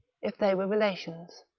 if they were rela tions.